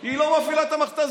היא לא מפעילה את המכת"זיות,